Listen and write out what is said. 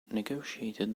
negotiated